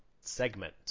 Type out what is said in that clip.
segment